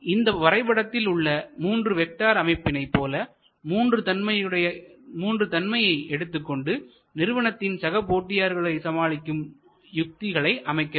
இந்த வரைபடத்தில் உள்ள மூன்று வெக்டார் அமைப்பினை போல மூன்றுதன்மையை எடுத்துக்கொண்டு நிறுவனத்தின் சக போட்டியாளர்களை சமாளிக்கும் யுக்திகளை அமைக்க வேண்டும்